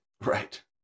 right